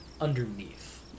underneath